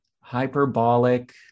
Hyperbolic